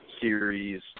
series